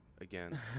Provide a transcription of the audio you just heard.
again